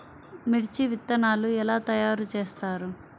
మిర్చి విత్తనాలు ఎలా తయారు చేస్తారు?